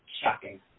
Shocking